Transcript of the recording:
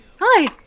hi